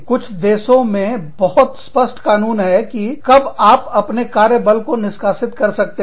कुछ देशों में बहुत स्पष्ट कानून है कि कब आप अपने कार्य बल को निष्कासित कर सकते हैं